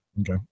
Okay